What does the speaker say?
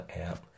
app